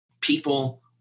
people